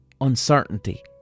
uncertainty